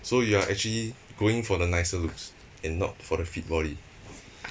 so you are actually going for the nicer looks and not for the fit body